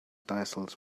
thistles